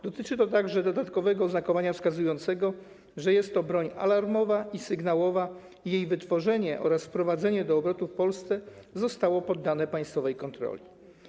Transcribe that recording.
Dotyczy to także dodatkowego oznakowania wskazującego, że jest to broń alarmowa i sygnałowa i jej wytworzenie oraz wprowadzenie do obrotu w Polsce zostało poddane państwowej kontroli.